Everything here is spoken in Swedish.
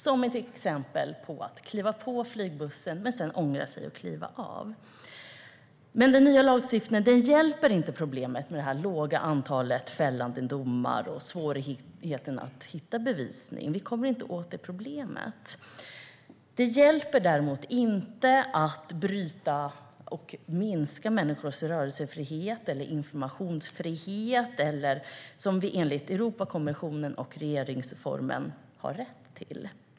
Till exempel kan det handla om att kliva på flygbussen men sedan ångra sig och kliva av. Den nya lagstiftningen hjälper inte mot problemet med det låga antalet fällande domar och svårigheten att hitta bevisning. Vi kommer inte åt det problemet. Det hjälper inte att bryta eller minska den rörelsefrihet och informationsfrihet som vi enligt Europakonventionen och regeringsformen har rätt till.